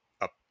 up